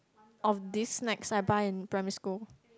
of this snacks I buy in primary school